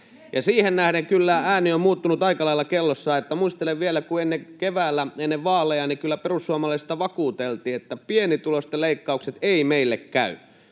Siihen nähden on kyllä ääni kellossa muuttunut aika lailla, että muistelen, kun vielä keväällä ennen vaaleja perussuomalaisista kyllä vakuuteltiin, että pienituloisilta leikkaukset eivät meille käy.